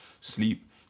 sleep